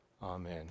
Amen